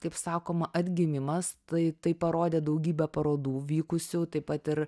kaip sakoma atgimimas tai tai parodė daugybę parodų vykusių taip pat ir